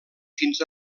fins